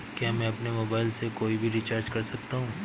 क्या मैं अपने मोबाइल से कोई भी रिचार्ज कर सकता हूँ?